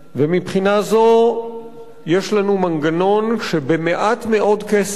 ומבחינה זו יש לנו מנגנון שבמעט מאוד כסף,